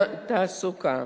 בתחום התעסוקה: